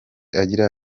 agira